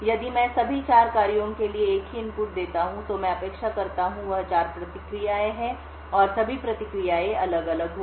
यदि मैं सभी 4 कार्यों के लिए एक ही इनपुट देता हूं तो मैं जो अपेक्षा करता हूं वह 4 प्रतिक्रियाएं हैं और सभी प्रतिक्रियाएं अलग अलग होंगी